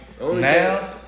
now